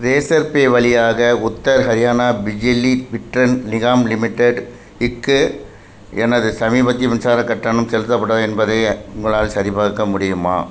racer பே வழியாக Uttar Haryana Bijli Vitran Nigam limited க்கு எனது சமீபத்திய மின்சாரக் கட்டணம் செலுத்தப்பட்டதா என்பதை உங்களால் சரிபார்க்க முடியுமா